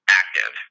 active